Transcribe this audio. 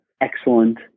excellent